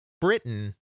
Britain